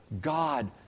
God